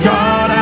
God